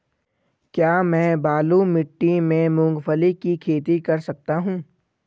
क्या मैं बालू मिट्टी में मूंगफली की खेती कर सकता हूँ?